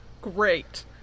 great